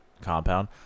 compound